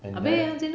and then